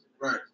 Right